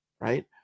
Right